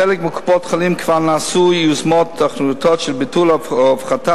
בחלק מקופות-החולים כבר נעשו יוזמות תחרותיות של ביטול או הפחתה